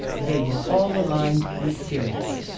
they were all aligned with sirius.